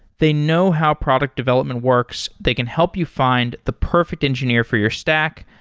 they know how product development works. they can help you find the perfect engineer for your stack,